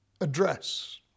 address